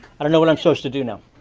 i don't know what i'm supposed to do now.